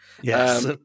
Yes